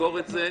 לסגור את זה,